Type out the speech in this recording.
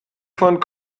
von